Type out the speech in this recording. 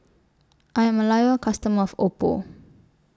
I'm A Loyal customer of Oppo